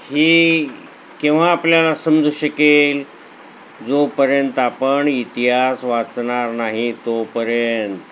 हे केव्हा आपल्याला समजू शकेल जोपर्यंत आपण इतिहास वाचणार नाही तोपर्यंत